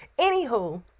Anywho